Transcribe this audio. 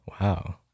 Wow